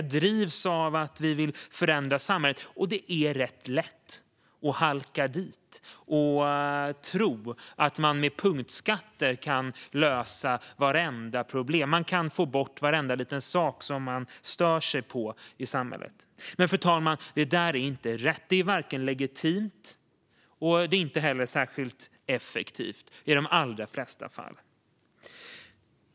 Vi drivs av att vi vill förändra samhället, och det är rätt lätt att halka dit och tro att man med punktskatter kan lösa vartenda problem och få bort varenda liten sak i samhället som man stör sig på. Men det är inte rätt, fru talman. Det är inte legitimt, och i de allra flesta fall är det inte heller särskilt effektivt.